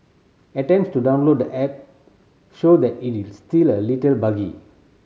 attempts to download the app show that it is still a little buggy